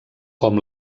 com